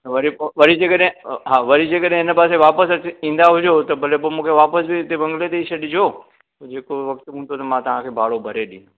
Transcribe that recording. वरी पोइ वरी जेकॾहिं हा वरी जेकॾहिं हिन पासे वापसि ईंदा हुजो त भले पोइ मूंखे वापसि बि हिते बंगले ते ई छॾिजो जेको वक़्तु हूंदो मां तव्हांखे भाड़ो भरे ॾींदुमि